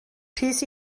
rhys